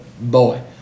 boy